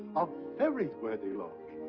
a very worthy lord!